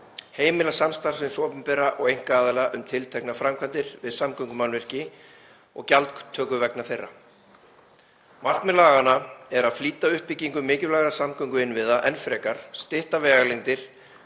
heimila samstarf hins opinbera og einkaaðila um tilteknar framkvæmdir við samgöngumannvirki og gjaldtöku vegna þeirra. Markmið laganna er að flýta uppbyggingu mikilvægra samgönguinnviða enn frekar, stytta vegalengdir